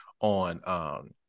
on